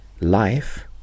life